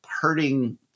hurting